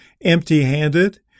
empty-handed